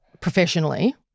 professionally